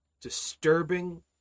disturbing